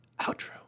outro